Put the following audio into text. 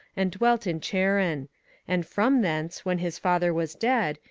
and dwelt in charran and from thence, when his father was dead,